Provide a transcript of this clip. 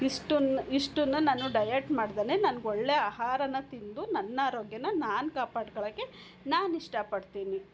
ಇಷ್ಟನ್ನು ಇಷ್ಟನ್ನು ನಾನು ಡಯಟ್ ಮಾಡದೇನೆ ನನ್ಗೆ ಒಳ್ಳೆಯ ಆಹಾರನ ತಿಂದು ನನ್ನ ಆರೋಗ್ಯನ ನಾನು ಕಾಪಾಡ್ಕೊಳ್ಳೋಕ್ಕೆ ನಾನು ಇಷ್ಟ ಪಡ್ತೀನಿ